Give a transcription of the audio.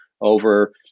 over